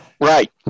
Right